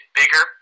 bigger